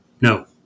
No